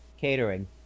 Catering